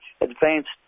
Advanced